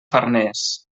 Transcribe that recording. farners